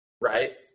right